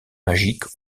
magique